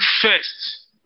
first